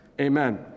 amen